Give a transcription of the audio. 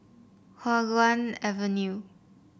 Hua Guan Avenue